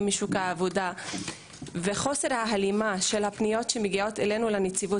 משוק העבודה וחוסר ההלימה של הפניות שמגיעות אלינו לנציבות,